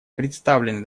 представленный